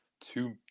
two